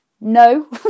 No